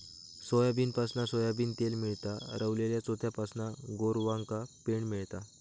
सोयाबीनपासना सोयाबीन तेल मेळता, रवलल्या चोथ्यापासना गोरवांका पेंड मेळता